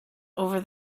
over